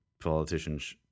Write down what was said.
politicians